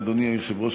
אדוני היושב-ראש,